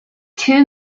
two